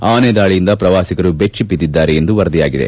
ಆನೆ ದಾಳಿಯಿಂದ ಪ್ರವಾಸಿಗರು ಬೆಟ್ಟ ಬಿದ್ದಿದ್ದಾರೆ ಎಂದು ವರದಿಯಾಗಿದೆ